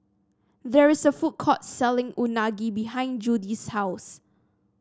there is a food court selling Unagi behind Judie's house